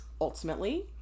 ultimately